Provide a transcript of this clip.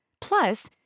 Plus